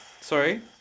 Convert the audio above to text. sorry